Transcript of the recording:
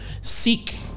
seek